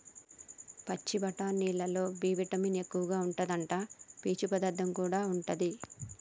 పచ్చి బఠానీలల్లో B vitamin ఎక్కువుంటాదట, పీచు పదార్థం కూడా ఉంటది